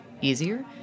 easier